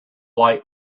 light